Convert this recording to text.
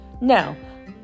now